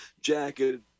jacket